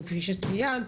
כפי שציינת,